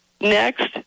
next